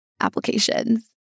applications